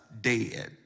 Dead